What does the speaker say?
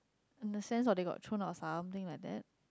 in the sense or they got thrown out or something like that